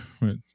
right